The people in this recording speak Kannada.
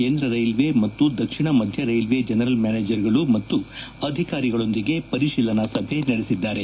ಕೇಂದ್ರ ರೈಲ್ವೆ ಮತ್ತು ದಕ್ಷಿಣ ಮಧ್ಯ ರೈಲ್ವೆ ಜನರಲ್ ಮ್ಯಾನೇಜರ್ಗಳು ಮತ್ತು ಅಧಿಕಾರಿಗಳೊಂದಿಗೆ ಪರಿಶೀಲನಾ ಸಭೆ ನಡೆಸಿದ್ದಾರೆ